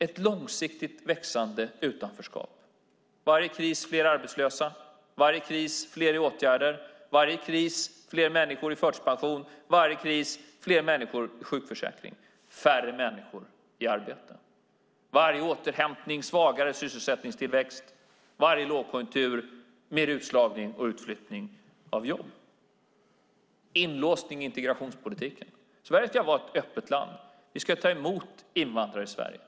Ett långsiktigt växande utanförskap: Varje kris, fler arbetslösa; varje kris, fler i åtgärder; varje kris, fler människor i förtidspension; varje kris, fler människor i sjukförsäkring och färre människor i arbete; varje återhämtning, svagare sysselsättningstillväxt; varje lågkonjunktur, mer utslagning och utflyttning av jobb. Inlåsning i integrationspolitiken: Sverige ska vara ett öppet land. Vi ska ta emot invandrare i Sverige.